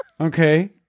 Okay